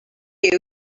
tell